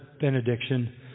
benediction